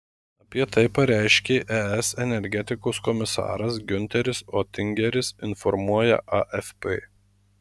apie tai pareiškė es energetikos komisaras giunteris otingeris informuoja afp